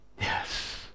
Yes